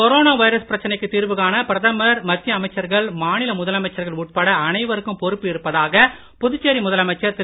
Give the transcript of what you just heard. corona virus பிரச்சனைக்கு தீர்வு காண பிரதமர் மத்திய அமைச்சர்கள் மாநில முதலமைச்சர்கள் உட்பட அனைவருக்கும் பொறுப்பு இருப்பதாக புதுச்சேரி முதலமைச்சர் திரு